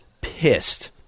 pissed